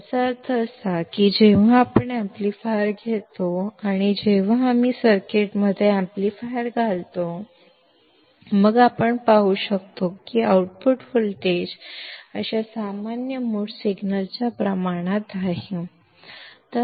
ಇದರರ್ಥ ನಾವು ಆಂಪ್ಲಿಫೈಯರ್ ತೆಗೆದುಕೊಂಡಾಗ ಮತ್ತು ಸರ್ಕ್ಯೂಟ್ನಲ್ಲಿ ಆಂಪ್ಲಿಫೈಯರ್ ಅನ್ನು ಸೇರಿಸಿದಾಗ ಔಟ್ಪುಟ್ ವೋಲ್ಟೇಜ್ ಅಂತಹ ಕಾಮನ್ ಮೋಡ್ ಸಿಗ್ನಲ್ಗೆ ಅನುಪಾತದಲ್ಲಿರುವುದನ್ನು ನಾವು ನೋಡಬಹುದು